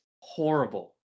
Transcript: horrible